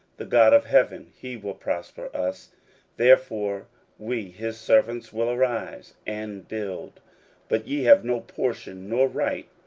the god of heaven, he will prosper us therefore we his servants will arise and build but ye have no portion, nor right,